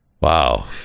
Wow